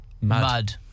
mud